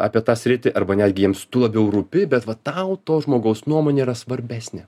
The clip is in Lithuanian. apie tą sritį arba netgi jiems tu labiau rūpi bet va tau to žmogaus nuomonė yra svarbesnė